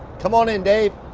come on in, dave.